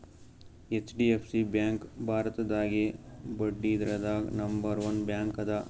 HDFC bank ಭಾರತದಾಗೇ ಬಡ್ಡಿದ್ರದಾಗ್ number one bank ಅದ